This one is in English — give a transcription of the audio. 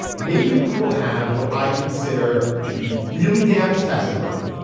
maybe we will have what i consider to be really damning testimony.